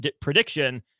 prediction